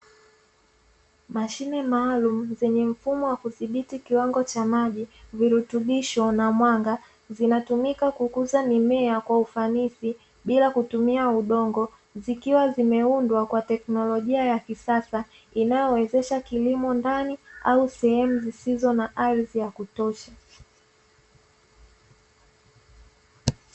Mashine maalumu zenye mfumo wa kudhibiti kiwango cha maji, virutubisho na mwanga; zinatumika kukuza mimea kwa ufanisi bila kutumia udongo, zikiwa zimeundwa kwa teknolojia ya kisasa inayowezesha kilimo ndani au sehemu zisizo na ardhi ya kutosha.